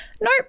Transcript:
Nope